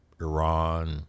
Iran